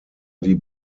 die